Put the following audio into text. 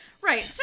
Right